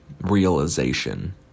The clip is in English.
realization